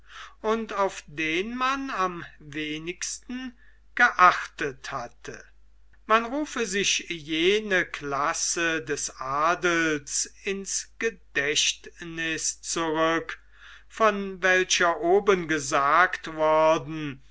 und auf den man am wenigsten geachtet hatte man rufe sich jene blässe des adels ins gedächtniß zurück von welcher oben gesagt worden